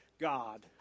God